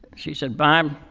she said, bob, um